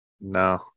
No